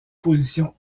position